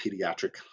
pediatric